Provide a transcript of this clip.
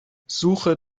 suche